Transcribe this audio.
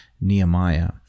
Nehemiah